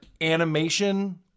animation